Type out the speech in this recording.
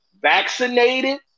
Vaccinated